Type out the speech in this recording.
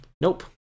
nope